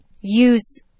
use